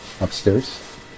upstairs